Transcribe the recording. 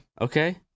Okay